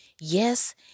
yes